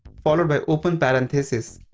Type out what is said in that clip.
followed by open parenthesis.